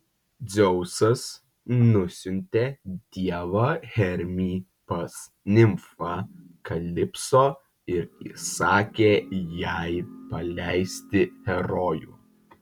dzeusas nusiuntė dievą hermį pas nimfą kalipso ir įsakė jai paleisti herojų